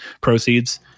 proceeds